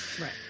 right